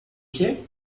que